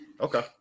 Okay